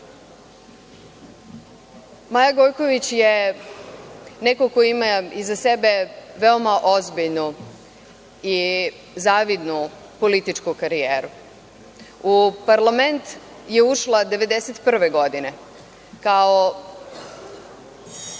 Gojković je neko ko ima iza sebe veoma ozbiljnu i zavidnu političku karijeru. U parlament je ušla 1991. godine kao ….